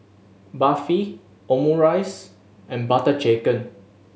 Barfi Omurice and Butter Chicken